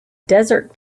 desert